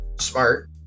smart